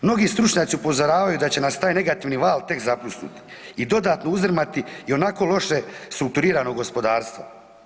Mnogi stručnjaci upozoravaju da će nas taj negativni val tek zapljusnuti i dodatno uzdrmati i onako loše strukturirano gospodarstvo.